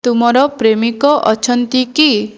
ତୁମର ପ୍ରେମିକ ଅଛନ୍ତି କି